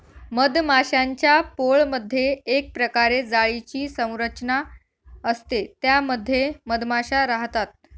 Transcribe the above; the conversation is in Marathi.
मधमाश्यांच्या पोळमधे एक प्रकारे जाळीची संरचना असते त्या मध्ये मधमाशा राहतात